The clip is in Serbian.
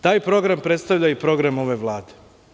Taj program predstavlja i program ove Vlade.